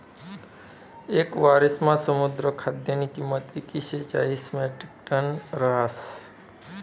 येक वरिसमा समुद्र खाद्यनी किंमत एकशे चाईस म्याट्रिकटन रहास